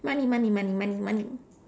money money money money money